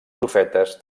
profetes